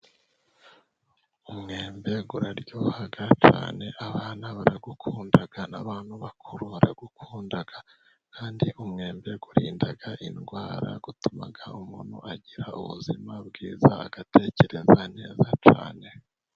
Umwembe uraryoha cyane, abana barawukunda n'abantu bakuru barawukunda, kandi umwembe urinda indwara, utuma umuntu agira ubuzima bwiza, agatekereza neza cyane.